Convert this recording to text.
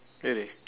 really